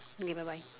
okay bye bye